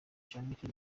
canke